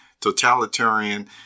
Totalitarian